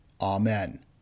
Amen